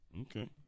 Okay